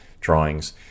drawings